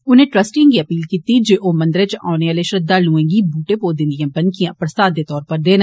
उने ट्रस्टिएं गी अपील कीती जे ओ मंदरे च औने आले श्रद्वालु गी बूहटे पौधे दियां बनिकयां प्रसाद दे तौर उप्पर देन